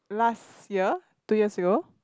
last year two years ago